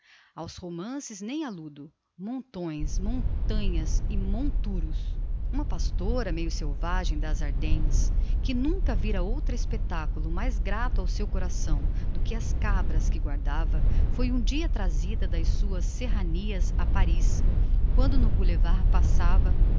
aos romances nem alludo montões montanhas e monturos uma pastora meio selvagem das ardennes que nunca vira outro espectaculo mais grato ao seu coração do que as cabras que guardava foi um dia trazida das suas serranias a pariz quando no boulevard passava